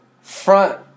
front